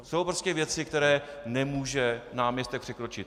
Jsou prostě věci, které nemůže náměstek překročit.